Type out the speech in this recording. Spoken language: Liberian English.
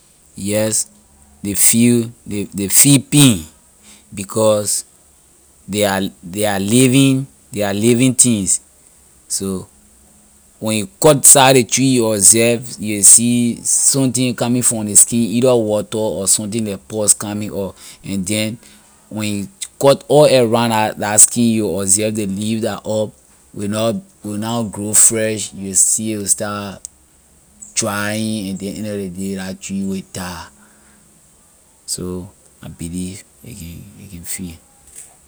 Yes ley feel ley ley feel pain because they are li- they are living they are living things so when you cut side ley tree you observe you will see something coming from ley skin either water or something like pus coming out and then when you cut all around la la skin you will observe ley leaves la up will not will na grow fresh you will see a will start drying then end of ley day la tree will die. So I believe a can a can feel.